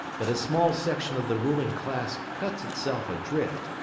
that a small section of the ruling class cuts itself adrift,